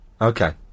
Okay